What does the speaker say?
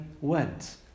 went